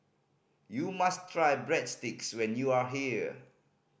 you must try Breadsticks when you are here